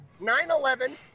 9-11